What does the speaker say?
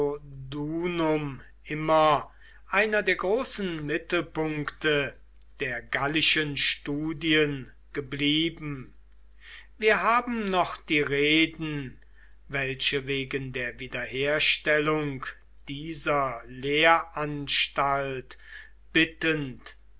immer einer der großen mittelpunkte der gallischen studien geblieben wir haben noch die reden welche wegen der wiederherstellung dieser lehranstalt bittend